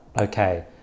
okay